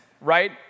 right